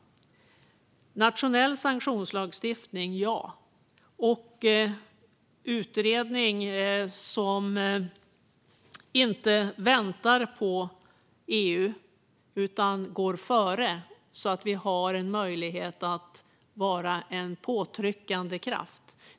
Vi säger ja till en nationell sanktionslagstiftning och till en utredning som inte väntar på EU utan går före så att vi har möjlighet att vara en påtryckande kraft.